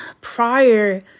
prior